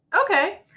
Okay